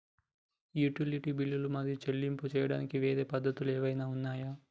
Utility బిల్లులు మరియు చెల్లింపులు చేయడానికి వేరే పద్ధతులు ఏమైనా ఉన్నాయా?